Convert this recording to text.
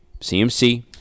CMC